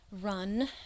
run